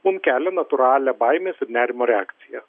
mum kelia natūralią baimės ir nerimo reakciją